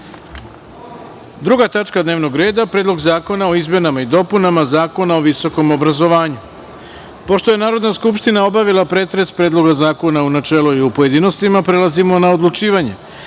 tačka dnevnog reda – Predlog zakona o izmenama i dopunama Zakona o visokom obrazovanju. Pošto je narodna skupština obavila pretres Predloga zakona u načelu i u pojedinostima, prelazimo na odlučivanje. Stavljam